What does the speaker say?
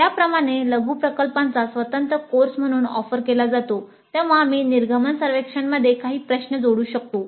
या प्रमाणे लघु प्रकल्पाचा स्वतंत्र कोर्स म्हणून ऑफर केला जातो तेव्हा आम्ही निर्गमन सर्वेक्षणमध्ये काही प्रश्न जोडू शकतो